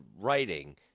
writing